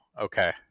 Okay